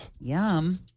Yum